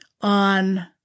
on